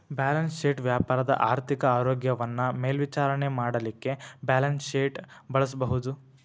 balance sheet ವ್ಯಾಪಾರದ ಆರ್ಥಿಕ ಆರೋಗ್ಯವನ್ನ ಮೇಲ್ವಿಚಾರಣೆ ಮಾಡಲಿಕ್ಕೆ ಬ್ಯಾಲನ್ಸ್ಶೇಟ್ ಬಳಸಬಹುದು